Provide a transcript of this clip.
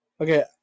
Okay